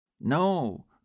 No